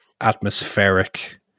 atmospheric